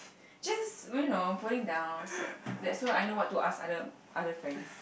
just you know putting down so that's why I know what to ask other other friends